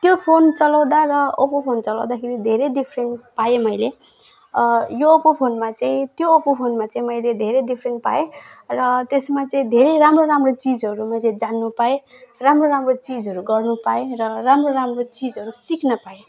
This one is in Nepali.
त्यो फोन चलाउँदा र ओप्पो फोन चलाउँदाखेरि धेरै डिफ्रेन्ट पाएँ मैले यो ओप्पो फोनमा चाहिँ त्यो ओप्पो फोनमा चाहिँ मैले धेरै डिफ्रेन्ट पाएँ र त्यसमा चाहिँ धेरै राम्रो राम्रो चिजहरू मैले जान्नु पाएँ राम्रो राम्रो चिजहरू गर्नु पाएँ र राम्रो राम्रो चिजहरू सिक्न पाएँ